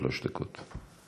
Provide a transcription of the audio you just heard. שלוש דקות.